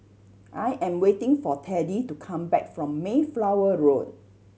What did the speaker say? I am waiting for Teddie to come back from Mayflower Road